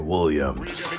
Williams